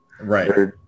Right